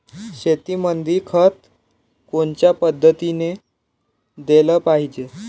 शेतीमंदी खत कोनच्या पद्धतीने देलं पाहिजे?